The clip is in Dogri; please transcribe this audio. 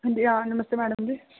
हां जी आ नमस्ते मैडम जी